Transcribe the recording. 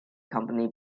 company